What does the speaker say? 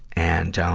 and,